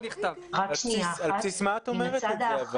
על בסיס מה את אומרת את זה?